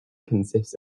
consists